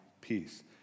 peace